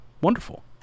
wonderful